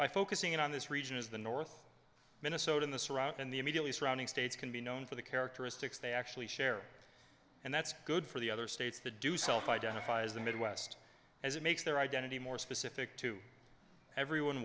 by focusing in on this region is the north minnesota in the surat in the immediately surrounding states can be known for the characteristics they actually share and that's good for the other states to do self identify as the midwest as it makes their identity more specific to everyone